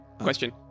question